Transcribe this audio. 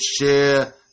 share